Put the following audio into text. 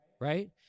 right